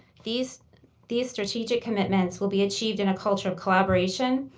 these these strategic commitments will be achieved in a culture of collaboration,